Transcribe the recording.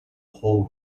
whole